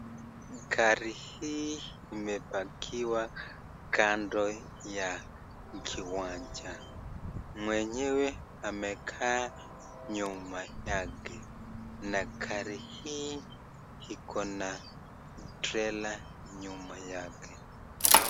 Gari hi imepakiwa kando ya kiwanja. Mwenyewe amekaa nyuma yake na gari hii iko na trela nyuma yake.